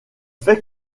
fait